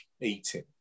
eating